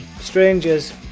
strangers